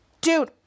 dude